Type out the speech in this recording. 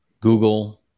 Google